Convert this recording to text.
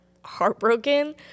heartbroken